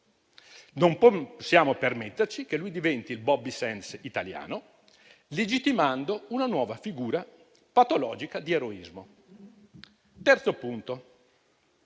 Non possiamo permetterci che lui diventi il Bobby Sands italiano, legittimando una nuova figura patologica di eroismo. In terzo luogo,